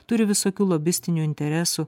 turi visokių lobistinių interesų